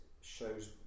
shows